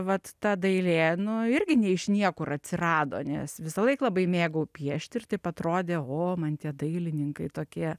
vat ta dailė nu irgi ne iš niekur atsirado nes visąlaik labai mėgau piešti ir taip atrodė o man tie dailininkai tokie